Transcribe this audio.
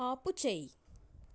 ఆపుచేయి